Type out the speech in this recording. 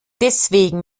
deswegen